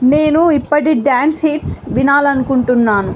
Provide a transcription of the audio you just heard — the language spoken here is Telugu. నేను ఇప్పటి డ్యాన్స్ హిట్స్ వినాలని అనుకుంటున్నాను